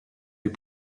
les